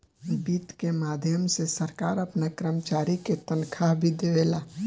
वित्त के माध्यम से सरकार आपना कर्मचारी के तनखाह भी देवेला